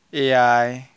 ᱮᱭᱟᱭ